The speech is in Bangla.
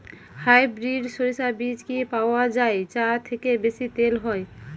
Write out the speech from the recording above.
হাইব্রিড শরিষা বীজ কি পাওয়া য়ায় যা থেকে বেশি তেল হয়?